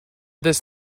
this